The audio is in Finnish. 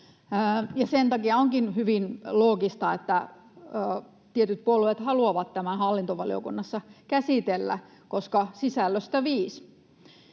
Sen takia onkin hyvin loogista, että tietyt puolueet haluavat tämän hallintovaliokunnassa käsitellä — koska sisällöstä viis.